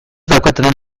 daukatenen